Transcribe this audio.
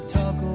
talk